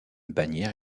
bannière